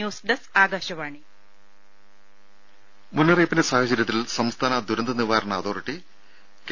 ദേദ മുന്നറിയിപ്പിന്റെ സാഹചര്യത്തിൽ സംസ്ഥാന ദുരന്തനിവാരണ അതോറിറ്റി കെ